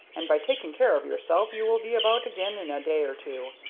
and by taking care of yourself you will be about again in a day or two.